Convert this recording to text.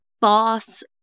boss